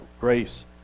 grace